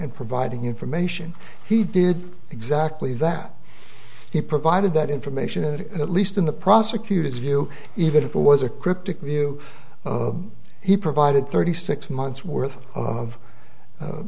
and providing information he did exactly that he provided that information and at least in the prosecutor's view even if it was a cryptic view he provided thirty six months worth of